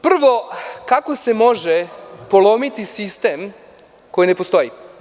Prvo, kako se može polomiti sistem koji ne postoji?